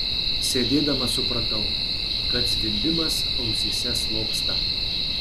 sėdėdama supratau kad zvimbimas ausyse slopsta